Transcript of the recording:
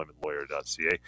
employmentlawyer.ca